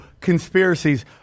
conspiracies